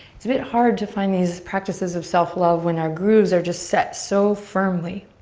it's a bit hard to find these practices of self love when our grooves are just set so firmly.